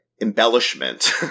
embellishment